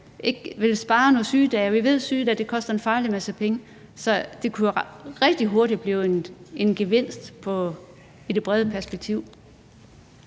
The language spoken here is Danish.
Vi ved, at sygedage koster en farlig masse penge, så det kunne jo rigtig hurtigt blive en gevinst i det brede perspektiv.